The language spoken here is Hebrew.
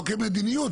לא כמדיניות,